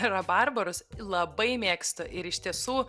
rabarbarus labai mėgstu ir iš tiesų